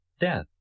death